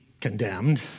Condemned